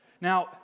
Now